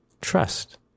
trust